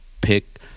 pick